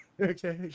Okay